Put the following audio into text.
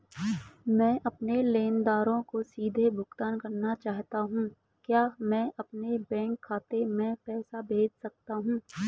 मैं अपने लेनदारों को सीधे भुगतान करना चाहता हूँ क्या मैं अपने बैंक खाते में पैसा भेज सकता हूँ?